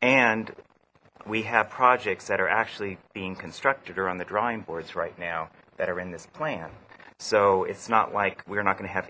and we have projects that are actually being constructed or on the drawing boards right now that are in this plan so it's not like we're not gonna have